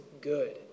good